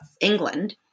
England